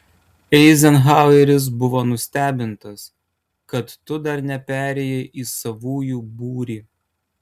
eizenhaueris buvo nustebintas kad tu dar neperėjai į savųjų būrį